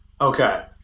Okay